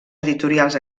editorials